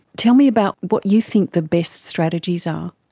tell me about what you think the best strategies are.